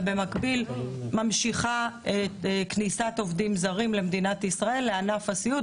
ובמקביל ממשיכה כניסת עובדים זרים למדינת ישראל לענף הסיעוד,